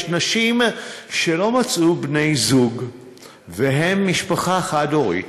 יש נשים שלא מצאו בני זוג והן משפחה חד-הורית,